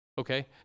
okay